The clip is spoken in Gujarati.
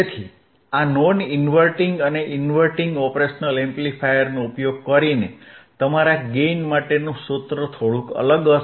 તેથી આ નોન ઇન્વર્ટીંગ અને ઇન્વર્ટીંગ ઓપરેશનલ એમ્પ્લીફાયરનો ઉપયોગ કરીને તમારા ગેઇન માટેનું સૂત્ર થોડું અલગ હશે